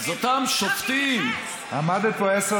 תכבדי את הדמוקרטיה, גם לי יש זכות